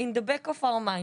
in the back of our mind.